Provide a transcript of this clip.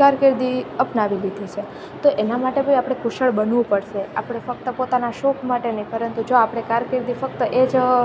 કારકિર્દી અપનાવી લીધી છે તો એના માટે ભાઈ આપણે કુશળ બનવું પડશે આપણે ફક્ત પોતાના શોખ માટે નહીં પરંતુ જો આપણે કારકિર્દી ફક્ત એ જ